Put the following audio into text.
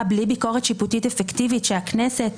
בלי ביקורת שיפוטית אפקטיבית של הכנסת?